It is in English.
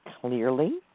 clearly